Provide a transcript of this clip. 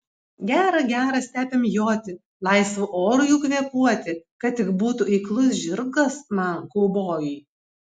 gera gera stepėm joti laisvu oru jų kvėpuoti kad tik būtų eiklus žirgas man kaubojui